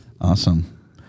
Awesome